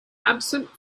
absent